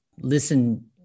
Listen